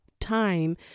time